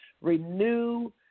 renew